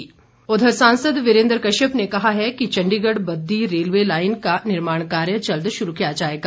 वीरेन्द्र कश्यप उघर सांसद वीरेन्द्र कश्यप ने कहा है कि चण्डीगढ़ बद्दी रेलवे लाईन का निर्माण कार्य जल्द शुरू किया जाएगा